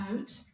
out